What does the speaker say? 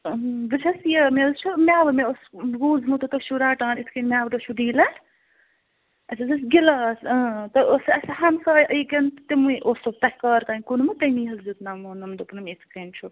بہٕ چھَس یہِ مےٚ حظ چھُ میٚوٕ مےٚ اوس بوٗزمُت تُہۍ چھُو رَٹان اِتھ کٔنۍ میٚوٕ تُہۍ چھُو ڈیٖلر اسہِ حظ ٲسۍ گِلاس اۭں تہٕ أسۍ اسہِ ہمساے یتیٚن تہٕ تِموٕے اوسُکھ تۄہہِ کَرتانۍ کٕنمُت تٔمی حظ دیٚوت نَمونم دوٚپنم یِتھ کٔنۍ چھُ